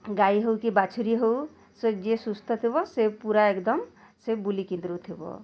ଗାଈ ହେଉ କି ବାଛୁରି ହେଉ ଯିଏ ସୁସ୍ଥ ଥିବ ସେ ପୁରା ଏକଦମ୍ ସେ ବୁଲି ଥିବ